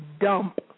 dump